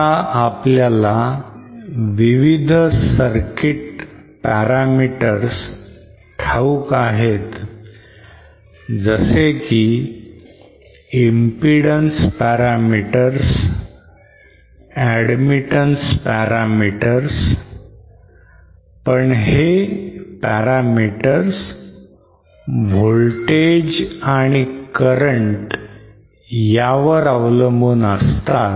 आता आपल्याला विविध circuit parameters ठाऊक आहेत जसे की impedance parameters admittance parameters पण हे parameters voltage आणि current वर अवलंबून असतात